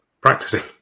practicing